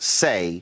say